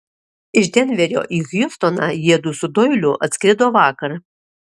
iš denverio į hjustoną jiedu su doiliu atskrido vakar